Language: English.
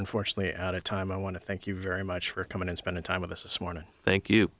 unfortunately out of time i want to thank you very much for coming and spending time with us this morning thank you